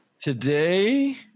Today